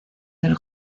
del